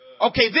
Okay